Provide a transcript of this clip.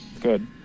Good